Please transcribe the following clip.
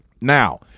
Now-